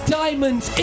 diamonds